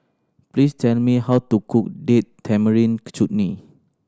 please tell me how to cook Date Tamarind Chutney